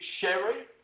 Sherry